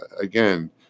again